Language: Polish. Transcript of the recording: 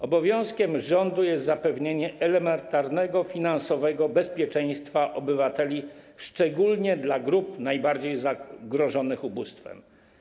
Obowiązkiem rządu jest zapewnienie elementarnego finansowego bezpieczeństwa obywateli, szczególnie w przypadku grup najbardziej zagrożonych ubóstwem.